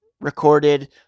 recorded